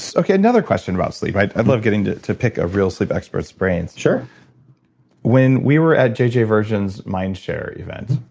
so okay, another question about sleep. i love getting to to pick a real sleep expert's brains sure when we were at jj virgin's mindshare event,